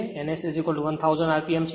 તેથી n S1000 rpm છે